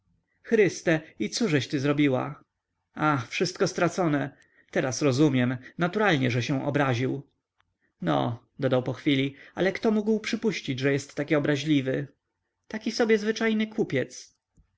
chryste i cóżeś ty zrobiła a wszystko stracone teraz rozumiem naturalnie że się obraził no dodał po chwili ale kto mógł przypuścić że jest tak obraźliwy taki sobie zwyczajny kupiec